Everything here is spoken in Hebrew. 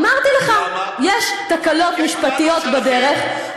אמרתי לך: יש תקלות משפטיות בדרך,